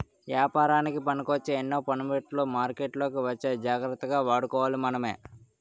ఏపారానికి పనికొచ్చే ఎన్నో పనిముట్లు మార్కెట్లోకి వచ్చాయి జాగ్రత్తగా వాడుకోవాలి మనమే